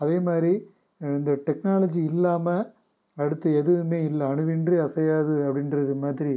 அதேமாதிரி இந்த டெக்னாலஜி இல்லாமல் அடுத்து எதுவுமே இல்லை அணுவின்றி அசையாது அப்படின்றது மாதிரி